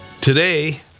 today